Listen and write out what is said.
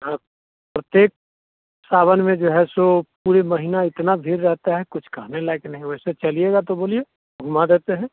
हाँ प्रतेक सावन में जो है सो पुरे महीने इतनी भीड़ रहती है कुछ कहने लायक़ नहीं वैसे चलिएगा तो बोलिए घुमा देते हैं